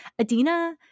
Adina